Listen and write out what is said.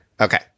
Okay